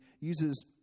uses